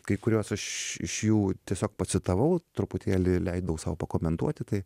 kai kuriuos aš iš jų tiesiog pacitavau truputėlį leidau sau pakomentuoti tai